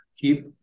Keep